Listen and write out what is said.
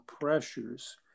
pressures